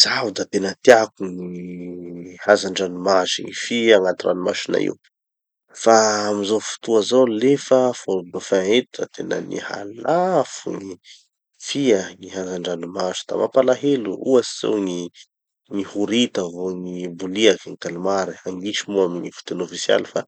Zaho da tena tiako gny hazan-dranomasy gny fia agnaty ranomasina io. Fa amy zao fotoa zao nefa a fort-dauphin eto da tena niha lafo gny fia gny hazan-dranomasy. Da mampalahelo. Ohatsy zao gny horita vo gny boliaky gny calmar, angisy moa amy fiteny ofisialy fa